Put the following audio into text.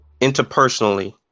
interpersonally